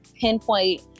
pinpoint